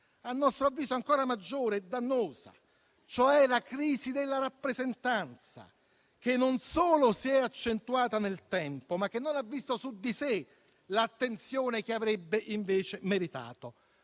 a nostro avviso ancora maggiore e dannosa, cioè la crisi della rappresentanza, che non solo si è accentuata nel tempo, ma che non ha visto su di sé l'attenzione che avrebbe invece meritato.